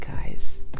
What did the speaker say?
guys